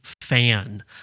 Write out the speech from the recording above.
fan